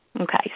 Okay